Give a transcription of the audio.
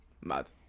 Mad